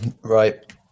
right